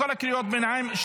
אלמוג, מפרגנים לך, שלא תטעה.